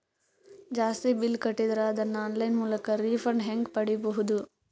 ಜಾಸ್ತಿ ಬಿಲ್ ಕಟ್ಟಿದರ ಅದನ್ನ ಆನ್ಲೈನ್ ಮೂಲಕ ರಿಫಂಡ ಹೆಂಗ್ ಪಡಿಬಹುದು?